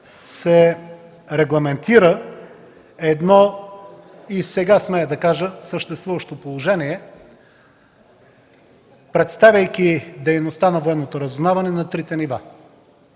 се регламентира едно, и сега смея да кажа, съществуващо положение, представяйки дейността на Военното разузнаване на трите нива